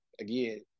again